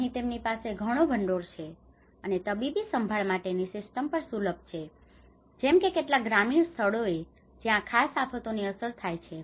અહીં તેમની પાસે ઘણો ભંડોળ છે અને તબીબી સંભાળ માટેની સિસ્ટમ્સ પણ સુલભ છે જેમ કે કેટલાક ગ્રામીણ સ્થળોએ જ્યાં આ ખાસ આફતોની અસર થાય છે